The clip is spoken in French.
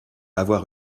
avoir